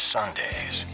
Sundays